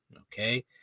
Okay